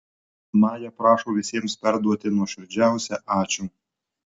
maja prašo visiems perduoti nuoširdžiausią ačiū